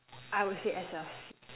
I would say S_L_C